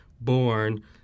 born